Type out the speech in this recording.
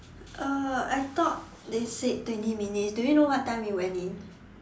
uh I thought they said twenty minutes do you know what time we went in